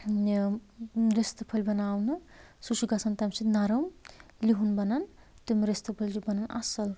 رِستہٕ پھٔلۍ بَناونہٕ سُہ چھُ گژھان تَمہِ سۭتۍ نَرَم لِہُن بَنان تِم رِستہٕ پھٔلۍ چھِ بَنان اَصٕل